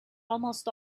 almost